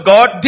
God